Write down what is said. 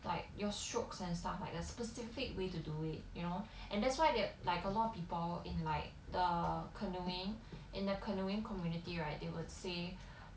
like your strokes and stuff like there's specific ways to do it you know and that's why that like a lot of people in like the canoeing in the canoeing community right they would say